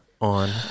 on